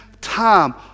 time